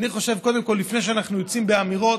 אני חושב שקודם כול, לפני שאנחנו יוצאים באמירות,